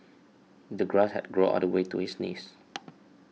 the grass had grown all the way to his knees